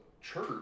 church